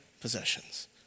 possessions